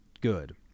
good